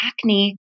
acne